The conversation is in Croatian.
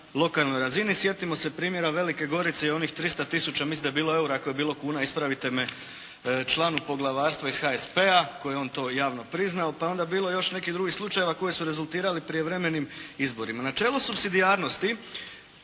lokalnoj razini. Sjetimo se primjera Velike Gorice i onih 300 tisuća, mislim da je bilo EUR-a, ako je bilo kuna ispravite me članu poglavarstva iz HSP-a koji je on to javno priznao pa je onda bilo još nekih drugih slučajeva koji su rezultirali prijevremenim izborima. Nečelo subsidijarnosti